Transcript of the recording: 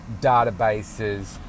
databases